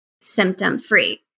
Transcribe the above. symptom-free